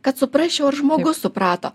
kad suprasčiau ar žmogus suprato